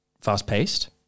fast-paced